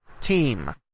team